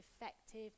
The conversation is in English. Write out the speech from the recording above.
effective